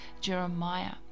Jeremiah